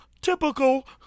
typical